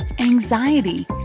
anxiety